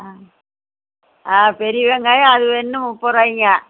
ஆ ஆ பெரிய வெங்காயம் அது இன்னும் முப்பதுருவாயிங்க